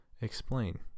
explain